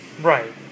Right